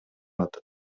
атат